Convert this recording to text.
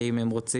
אם הם רוצים,